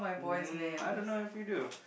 um I don't know if you do